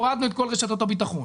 הורדנו את כל רשתות הביטחון